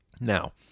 Now